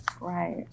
right